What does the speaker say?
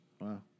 Wow